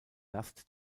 last